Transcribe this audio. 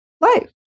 life